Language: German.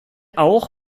auch